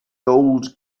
gold